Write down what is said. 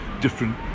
different